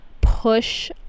push